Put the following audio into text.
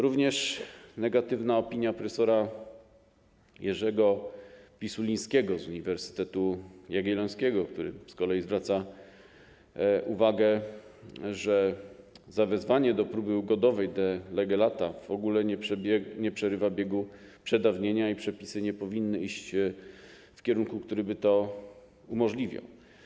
Również negatywna jest opinia profesora Pisulińskiego z Uniwersytetu Jagiellońskiego, który z kolei zwraca uwagę, że zawezwanie do próby ugodowej de lege lata w ogóle nie przerywa biegu przedawnienia i przepisy nie powinny iść w kierunku, który by to umożliwiał.